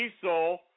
Diesel